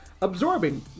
Absorbing